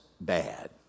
bad